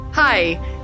Hi